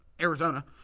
Arizona